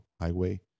highway